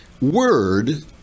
word